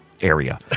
area